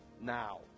Now